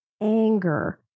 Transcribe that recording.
anger